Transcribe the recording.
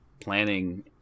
planning